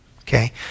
Okay